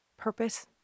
Purpose